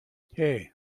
hey